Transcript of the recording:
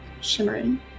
shimmering